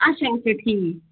اچھا اچھا ٹھیٖک